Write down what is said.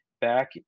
back